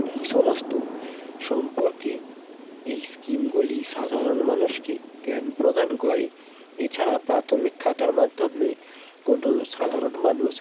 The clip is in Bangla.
এই সমস্ত সম্পর্কে এই স্কিমগুলি সাধারণ মানুষকে জ্ঞান প্রদান করে এছাড়া প্রাথমিক খাতার মাধ্যমে কোনো সাধারণ মানুষ